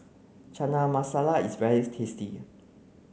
Chana Masala is very tasty